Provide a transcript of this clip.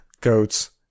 goats